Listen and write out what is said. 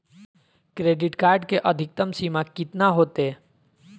Credit card के अधिकतम सीमा कितना होते?